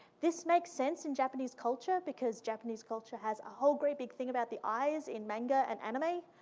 this makes sense in japanese culture, because japanese culture has a whole great big thing about the eyes in manga and anime.